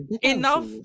Enough